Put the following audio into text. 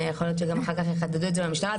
ויכול להיות שגם אחר כך יחדדו את זה במשטרה: